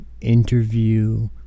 interview